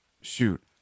Shoot